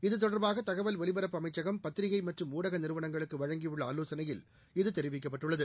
இது தெட்பாக தகவல் ஒலிபரப்பு அமைச்சகம் பத்திரிகை மற்றும் ஊடக நிறுவனங்களுக்கு வழங்கியுள்ள ஆலோசனையில் இது தெரிவிக்கப்பட்டுள்ளது